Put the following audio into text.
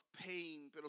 pain